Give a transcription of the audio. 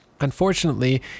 Unfortunately